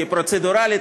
כי פרוצדורלית,